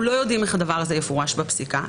לא יודעים איך הדבר הזה יפורש בפסיקה,